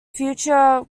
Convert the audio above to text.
future